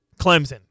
Clemson